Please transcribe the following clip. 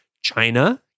China